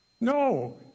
No